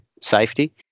safety